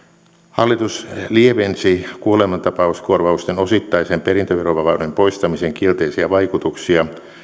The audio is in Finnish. hallitus lievensi kuolemantapauskorvausten osittaisen perintöverovapauden poistamisen kielteisiä vaikutuksia